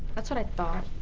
that's what i thought.